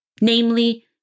namely